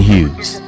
Hughes